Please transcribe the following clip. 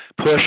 Push